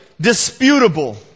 Disputable